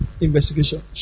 investigation